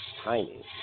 tiny